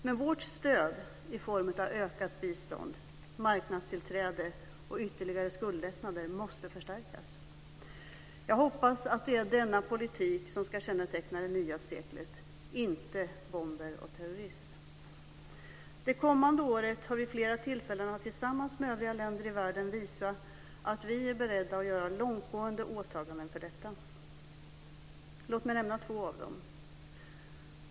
Men vårt stöd i form av ökat bistånd, marknadstillträde och ytterligare skuldlättnader måste förstärkas. Jag hoppas att det är denna politik som ska känneteckna det nya seklet - inte bomber och terrorism. Det kommande året har vi flera tillfällen att tillsammans med övriga länder i världen visa att vi är beredda att göra långtgående åtaganden för detta. Låt min nämna två av dem.